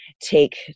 take